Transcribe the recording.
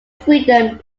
freedom